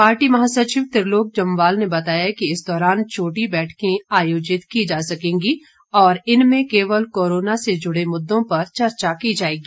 party महासचिव त्रिलोक जम्वाल ने बताया कि इस दौरान छोटी बैठकें आयोजित की जा सकेंगी और इनमें केवल कोरोना से जुड़े मुद्दों पर चर्चा की जाएगी